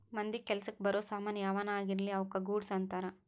ಮಂದಿಗ ಕೆಲಸಕ್ ಬರೋ ಸಾಮನ್ ಯಾವನ ಆಗಿರ್ಲಿ ಅವುಕ ಗೂಡ್ಸ್ ಅಂತಾರ